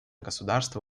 государства